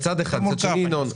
ינון,